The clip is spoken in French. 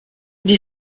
dis